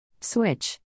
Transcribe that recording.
Switch